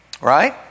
Right